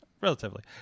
Relatively